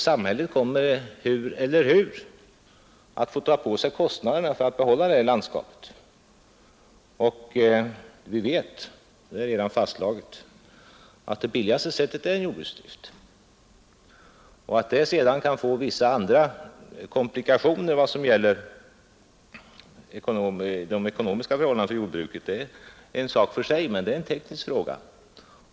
Samhället kommer hur som helst att få ta på sig kostnaderna för att behålla det landskapet, och vi vet — det är redan fastslaget — att det billigaste sättet är jordbruksdrift. Att det sedan kan föra med sig vissa komplikationer när det gäller de ekonomiska förhållandena för jordbruket är en sak för sig, men det är en teknisk fråga.